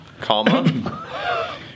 Comma